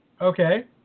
Okay